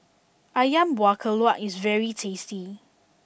Ayam Buah Keluak is very tasty